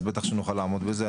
אז בטח שנוכל לעמוד בזה,